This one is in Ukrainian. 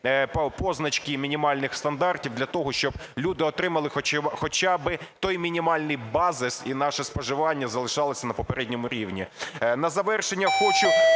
позначки мінімальних стандартів для того, щоб люди отримали хоча би той мінімальний базис, і наше споживання залишалося на попередньому рівні.